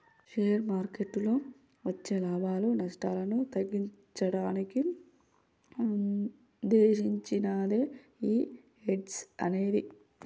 share మార్కెట్టులో వచ్చే లాభాలు, నష్టాలను తగ్గించడానికి వుద్దేశించినదే యీ హెడ్జ్ అనేది